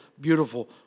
beautiful